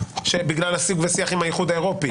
בגלל השיג ושיח עם האיחוד האירופי.